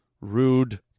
rude